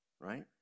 right